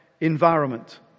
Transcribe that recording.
environment